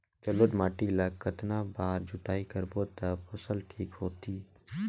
जलोढ़ माटी ला कतना बार जुताई करबो ता फसल ठीक होती?